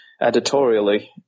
editorially